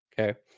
Okay